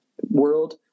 world